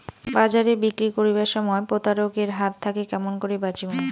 বাজারে বিক্রি করিবার সময় প্রতারক এর হাত থাকি কেমন করি বাঁচিমু?